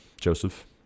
Joseph